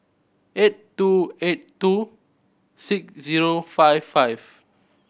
eight two eight two six zero five five